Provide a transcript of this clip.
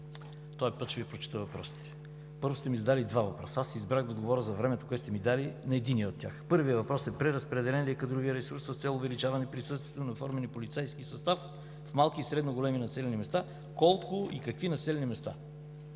Този път ще Ви прочета въпросите. Първо, задали сте ми два въпроса. Аз избрах за времето, което сте ми дали, да отговоря на един от тях. Първият въпрос е: „Преразпределен ли е кадровият ресурс с цел увеличаване присъствието на униформен полицейски състав в малки и средно големи населени места, колко и какви населени места?“